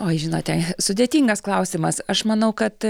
oi žinote sudėtingas klausimas aš manau kad